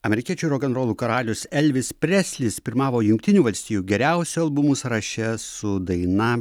amerikiečių rokenrolų karalius elvis preslis pirmavo jungtinių valstijų geriausių albumų sąraše su daina